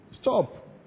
Stop